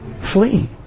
flee